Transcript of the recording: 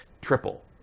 triple